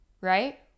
Right